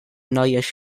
noies